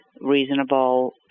reasonable